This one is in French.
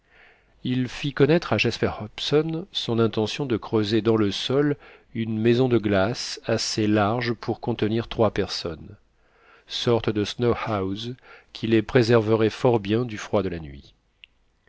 il fit connaître à jasper hobson son intention de creuser dans le sol une maison de glace assez large pour contenir trois personnes sorte de snow house qui les préserverait fort bien du froid de la nuit